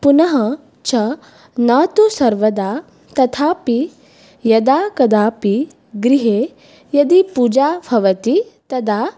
पुनः च न तु सर्वदा तथापि यदा कदापि गृहे यदि पूजा भवति तदा